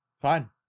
Fine